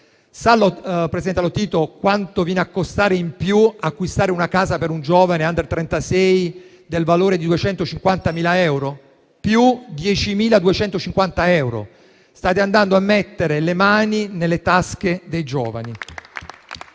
Presidente Lotito, sa quanto viene a costare in più acquistare una casa per un giovane under trentasei del valore di 250.000 euro? Più 10.250 euro. State andando a mettere le mani nelle tasche dei giovani.